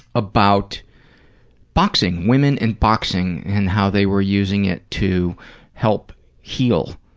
about boxing, women and boxing and how they were using it to help heal.